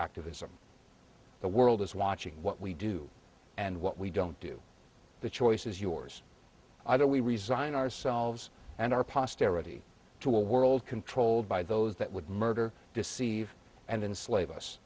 activism the world is watching what we do and what we don't do the choice is yours either we resign ourselves and our posterity to a world controlled by those that would murder deceive and in slave us